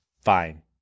fine